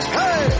hey